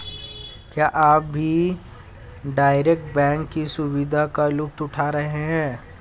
क्या आप भी डायरेक्ट बैंक की सुविधा का लुफ्त उठा रहे हैं?